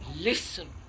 listen